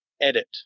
edit